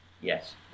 Yes